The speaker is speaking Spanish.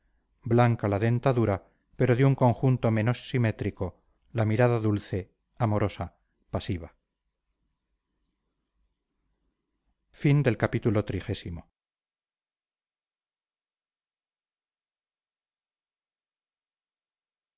blanca la dentadura pero de un conjunto menos simétrico la mirada dulce amorosa pasiva